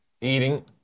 Eating